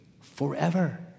forever